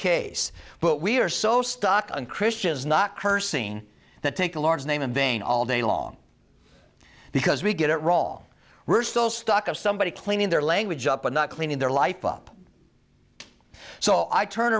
case but we are so stuck on christians not cursing that take a large name in vain all day long because we get it wrong we're still stuck of somebody cleaning their language up and not cleaning their life up so i turn